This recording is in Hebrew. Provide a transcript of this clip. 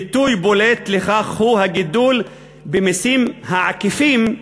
ביטוי בולט לכך הוא הגידול במסים העקיפים,